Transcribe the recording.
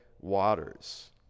Waters